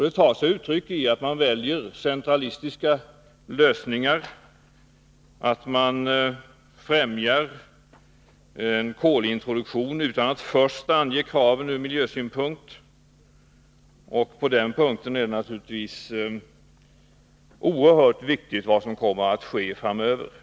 Det tar sig uttryck i att regeringen väljer centralistiska lösningar och att den främjar en kolintroduktion utan att först ange kraven ur miljösynpunkt. Det är naturligtvis oerhört viktigt vad som framöver kommer att ske på just denna punkt.